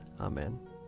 Amen